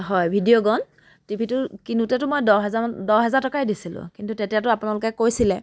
হয় ভিডিঅ'কন টিভিটো কিনোতেতো মই দহ হাজাৰমান দহ হাজাৰ টকাই দিছিলোঁ কিন্তু তেতিয়াতো আপোনালোকে কৈছিলে